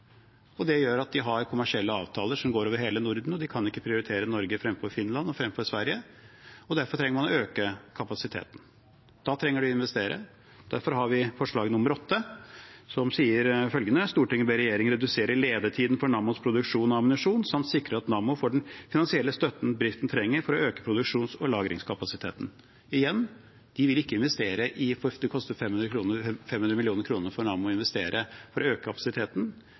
Det gjør at de har kommersielle avtaler som går over hele Norden. De kan ikke prioritere Norge fremfor Finland og fremfor Sverige, og derfor trenger man å øke kapasiteten. Da trenger de å investere. Derfor har vi forslag 8, som sier følgende: «Stortinget ber regjeringen redusere ledetiden for NAMMOs produksjon av ammunisjon samt sikre at NAMMO får den finansielle støtten bedriften trenger for å øke produksjons- og lagringskapasiteten.» Det koster 500 mill. kr for Nammo å investere for å øke kapasiteten, men de er ikke villig til å